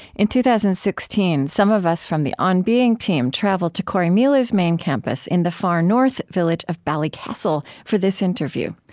in two thousand and sixteen, some of us from the on being team traveled to corrymeela's main campus in the far north village of ballycastle for this interview.